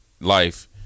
life